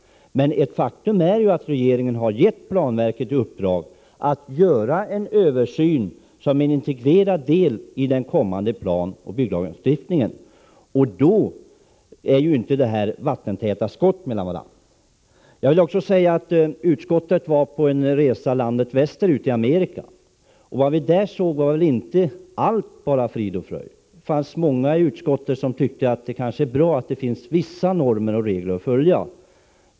Men faktum är att regeringen har gett planverket i uppdrag att, som en integrerad del i arbetet på den kommande planoch bygglagstiftningen, göra en översyn av byggnormen. Därför är det inte fråga om några vattentäta skott. Jag vill också berätta att utskottet har gjort en resa i Amerika. Vad vi där såg var inte enbart positiva saker — allt är minsann inte frid och fröjd. Det var många i utskottet som tyckte att det kanske är bra att det här hemma finns vissa normer och regler att följa.